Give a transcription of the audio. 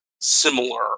similar